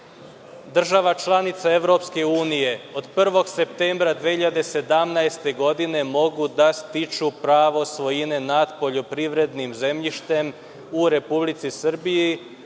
država članica EU od 1. septembra 2017. godine mogu da stiču pravo svojine nad poljoprivrednim zemljištem u Republici Srbiji